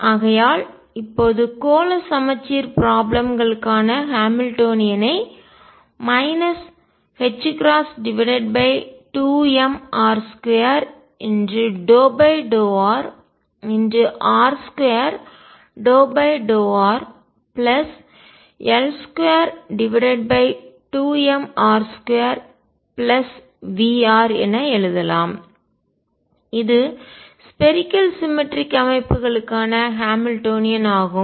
ஆகையால் இப்போது கோள சமச்சீர் ப்ராப்ளம் களுக்கான ஹாமில்டோனியனை 2mr2∂rr2∂rL22mr2Vr என எழுதலாம் இது ஸ்பேரிக்கல் சிமெட்ரிக் கோள சமச்சீர் அமைப்புக்கான ஹாமில்டோனியன் ஆகும்